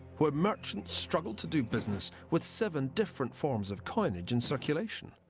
where merchants struggled to do business with seven different forms of coinage in circulation.